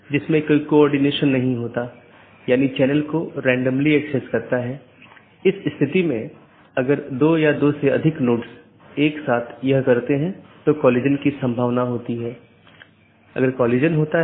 तो इस ईजीपी या बाहरी गेटवे प्रोटोकॉल के लिए लोकप्रिय प्रोटोकॉल सीमा गेटवे प्रोटोकॉल या BGP है